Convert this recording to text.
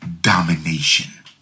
domination